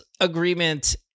agreement